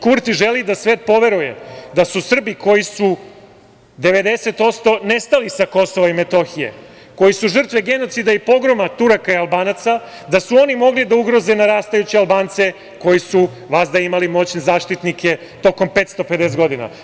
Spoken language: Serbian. Kurti želi da svet poveruje da su Srbi, koji su 90% nestali sa KiM, koji su žrtve genocida i pogroma Turaka i Albanaca, da su oni mogli da ugroze narastajuće Albance koji su vazda imali moćne zaštitnike tokom 550 godina.